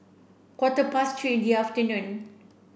quarter past three in the afternoon